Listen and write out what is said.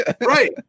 right